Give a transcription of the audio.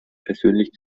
persönlich